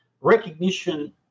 recognition